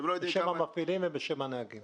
זה בשם המפעילים ובשם הנהגים.